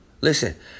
Listen